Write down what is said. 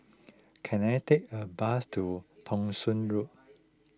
can I take a bus to Thong Soon Road